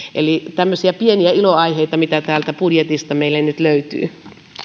tämmöisiä pieniä ilonaiheita täältä budjetista meille nyt löytyy